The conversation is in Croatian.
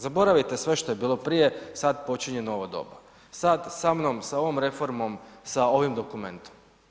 Zaboravite sve što je bilo prije, sad počinje novo doba, sad, sa mnom, sa ovom reformom, sa ovim dokumentom.